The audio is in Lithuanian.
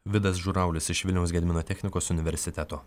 vidas žuraulis iš vilniaus gedimino technikos universiteto